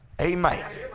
Amen